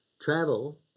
travel